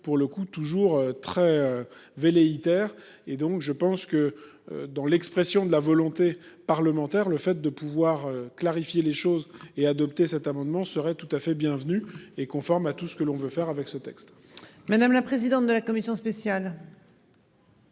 pour le coup, toujours très velléitaire et donc je pense que dans l'expression de la volonté parlementaire le fait de pouvoir clarifier les choses et adopter cet amendement serait tout à fait bienvenue et conforme à tout ce que l'on veut faire avec ce texte. Madame la présidente de la Commission spéciale.